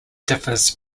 differs